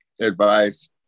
advice